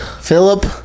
Philip